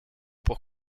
pour